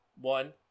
One